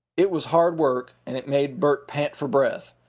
it was hard work and it made bert pant for breath,